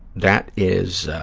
that is,